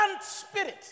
spirit